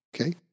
Okay